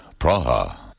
Praha